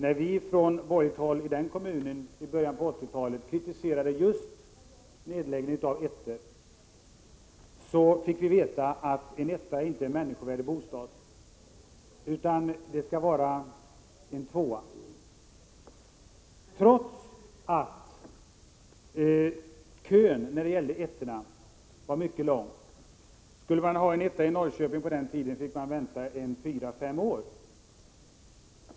När vi från borgerligt håll i början av 80-talet kritiserade just det förhållandet att många ” ettor” försvann fick vi veta att en ”etta” inte är en människovärdig bostad, utan människor skall bo i åtminstone en ”tvåa”. Detta sades trots att kön för att få en ”etta” var mycket lång. Skulle man ha en ”etta” i Norrköping på den tiden fick man vänta fyra fem år.